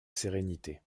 sérénité